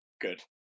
Good